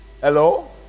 Hello